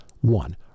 One